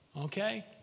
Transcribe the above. okay